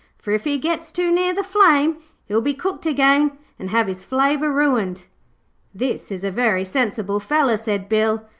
for if he gets too near the flames he'll be cooked again and have his flavour ruined this is a very sensible feller said bill,